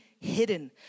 hidden